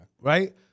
Right